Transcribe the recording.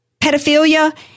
pedophilia